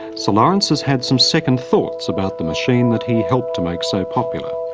sir laurence has had some second thoughts about the machine that he helped to make so popular.